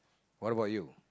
what about you